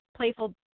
playful